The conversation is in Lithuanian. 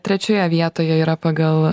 trečioje vietoje yra pagal